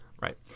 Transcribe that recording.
right